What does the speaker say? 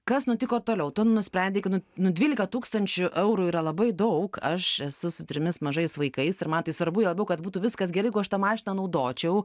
kas nutiko toliau tu nusprendei kad nu dvylika tūkstančių eurų yra labai daug aš esu su trimis mažais vaikais ir man tai svarbu juo labiau kad būtų viskas gerai jeigu aš tą mašiną naudočiau